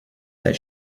that